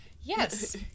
Yes